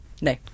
no